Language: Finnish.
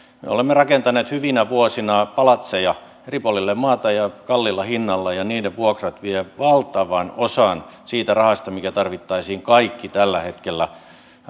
olemme rakentaneet hyvinä vuosina palatseja eri puolille maata ja kalliilla hinnalla ja niiden vuokrat vievät valtavan osan siitä rahasta mikä tarvittaisiin kaikki tällä hetkellä